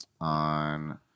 on